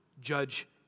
judge